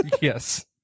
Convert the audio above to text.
Yes